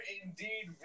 indeed